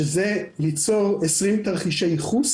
שזה ליצור 20 תרחישי ייחוס